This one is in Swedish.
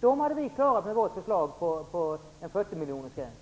De hade klarat sig med vårt förslag på en 40-miljonersgräns.